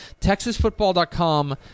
TexasFootball.com